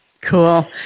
Cool